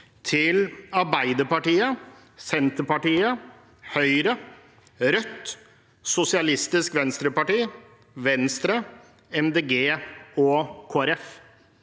til Arbeiderpartiet, Senterpartiet, Høyre, Rødt, Sosialistisk Venstreparti, Venstre, Miljøpartiet